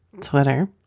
Twitter